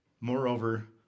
moreover